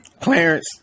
Clarence